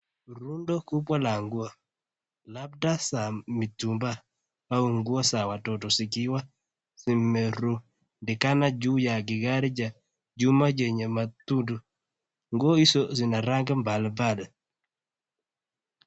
Rundo kubwa la nguo. Labda za mitumba au nguo za watoto zikiwa zimerudikana juu ya kigari cha chuma chenye madudu. Nguo hizo zina rangi mbalimbali.